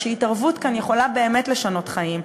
התערבות כאן יכולה באמת לשנות חיים,